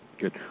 Good